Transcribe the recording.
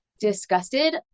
disgusted